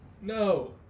No